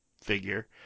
figure